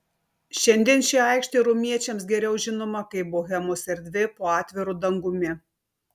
šiandien ši aikštė romiečiams geriau žinoma kaip bohemos erdvė po atviru dangumi